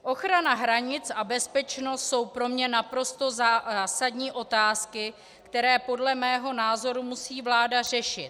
Ochrana hranic a bezpečnost jsou pro mě naprosto zásadní otázky, které podle mého názoru musí vláda řešit.